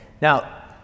now